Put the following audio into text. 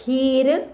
खीर